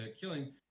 killing